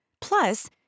Plus